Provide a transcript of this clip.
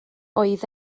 oedd